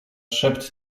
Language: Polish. szept